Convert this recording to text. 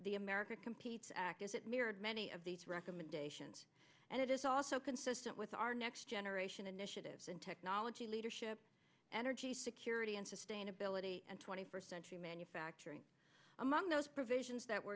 the america competes act as it mirrored many of these recommendations and it is also consistent with our next generation initiatives in technology leadership energy security and sustainability and twenty first century manufacturing among those provisions that were